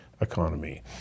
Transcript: economy